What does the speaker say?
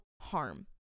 harm